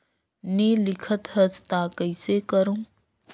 नी लिखत हस ता कइसे करू?